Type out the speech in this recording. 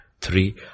Three